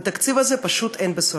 בתקציב הזה פשוט אין בשורה.